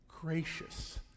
gracious